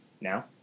Now